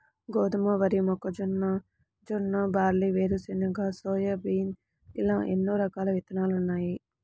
గోధుమ, వరి, మొక్కజొన్న, జొన్న, బార్లీ, వేరుశెనగ, సోయాబీన్ ఇలా ఎన్నో రకాల విత్తనాలున్నాయి